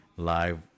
live